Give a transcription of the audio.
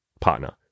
partner